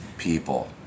people